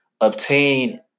obtain